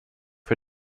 für